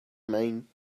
mine